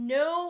no